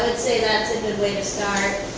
say that's a good way to start.